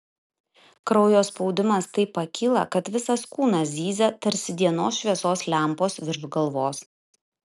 kraujo spaudimas taip pakyla kad visas kūnas zyzia tarsi dienos šviesos lempos virš galvos